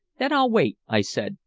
then i'll wait, i said,